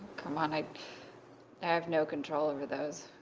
come on, i have no control over those.